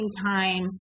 time